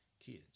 Kids